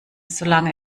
solange